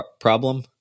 problem